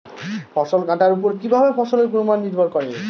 ফসল কাটার উপর কিভাবে ফসলের গুণমান নির্ভর করে?